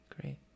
great